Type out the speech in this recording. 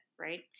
Right